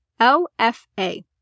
LFA